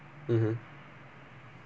mmhmm